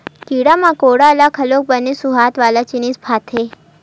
कीरा मकोरा ल घलोक बने सुवाद वाला जिनिस ह भाथे